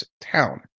town